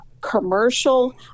commercial